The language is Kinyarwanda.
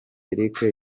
eric